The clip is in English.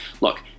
look